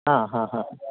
ആ ആഹ ആ